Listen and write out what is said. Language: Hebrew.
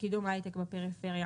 לקידום ההייטק בפריפריה.